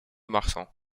marsan